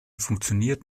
funktioniert